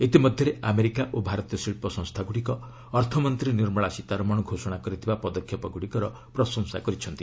ଇତିମଧ୍ୟରେ ଆମେରିକା ଓ ଭାରତୀୟ ଶିଳ୍ପ ସଂସ୍ଥାଗୁଡ଼ିକ ଅର୍ଥମନ୍ତ୍ରୀ ନିର୍ମଳା ସୀତାରମଣ ସ୍ପୋଷଣା କରିଥିବା ପଦକ୍ଷେପଗୁଡ଼ିକର ପ୍ରଶଂସା କରିଛନ୍ତି